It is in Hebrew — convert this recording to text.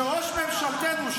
שראש ממשלתנו,